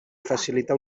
facilitar